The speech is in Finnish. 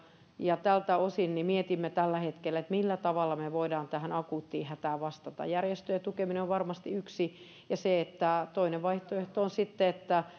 ja tältä osin mietimme tällä hetkellä millä tavalla me voimme tähän akuuttiin hätään vastata järjestöjen tukeminen on varmasti yksi ja toinen vaihtoehto on sitten että